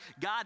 God